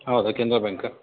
ಹೌದು ಕೆನರ ಬ್ಯಾಂಕು